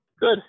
Good